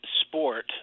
Sport